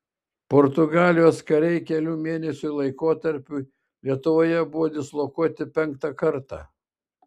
portugalijos kariai kelių mėnesių laikotarpiui lietuvoje buvo dislokuoti penktą kartą